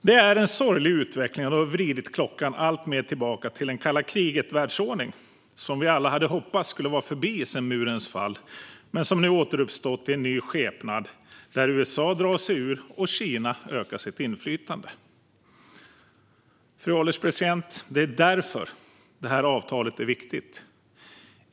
Detta är en sorglig utveckling som har vridit klockan alltmer tillbaka till en kalla-kriget-världsordning, som vi alla hade hoppats var förbi sedan murens fall men som nu har återuppstått i en ny skepnad där USA drar sig ur och Kina ökar sitt inflytande. Fru ålderspresident! Det är därför avtalet är viktigt.